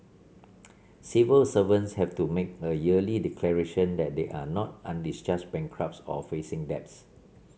civil servants have to make a yearly declaration that they are not undischarged bankrupts or facing debts